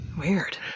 Weird